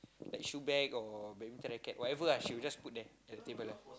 like shoe bag or badminton racket whatever ah she would just put there the table there